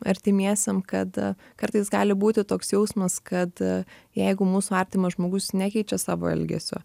artimiesiem kad kartais gali būti toks jausmas kad jeigu mūsų artimas žmogus nekeičia savo elgesio